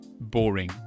boring